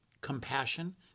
Compassion